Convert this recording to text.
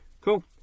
cool